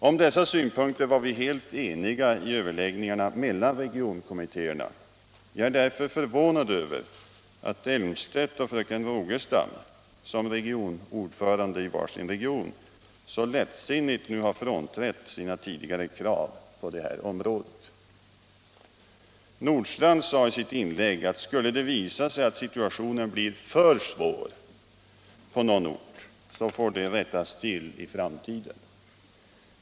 Om dessa synpunkter var vi helt eniga vid överläggningarna mellan regionkommittéerna. Jag är därför förvånad över att herr Elmstedt och fröken Rogestam, som regionordförande i var sin region, nu så lättsinnigt har frånträtt sina tidigare krav på detta område. Herr Nordstrandh sade i sitt inlägg, att skulle det visa sig att situationen blir för svår på någon ort, får det rättas till i framtiden.